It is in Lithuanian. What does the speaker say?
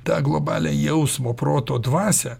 tą globalią jausmo proto dvasią